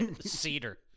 cedar